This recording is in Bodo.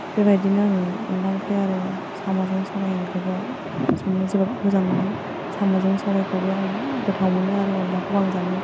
बेबादिनो आङो अनला ओंख्रि आरो साम'जों सबाय ओंख्रिखौ संनो जोबोर मोजां मोनो साम'जों सबायखौबो आं गोथाव मोनो आरो अनलाखौबो आं जानो